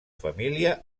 família